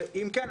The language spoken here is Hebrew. ואם כן,